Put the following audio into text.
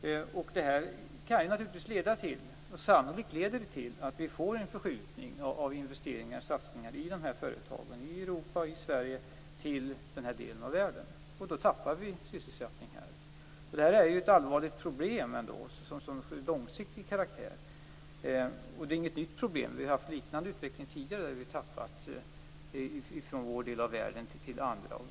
Detta leder sannolikt till en förskjutning av investeringar och satsningar i de här företagen från Europa och Sverige till den här delen av världen. Då tappar vi sysselsättning här. Det är ett allvarligt problem, av långsiktig karaktär. Det är inte ett nytt problem, utan vi har haft en liknande utveckling tidigare, då vi tappade från vår del av världen till andra delar.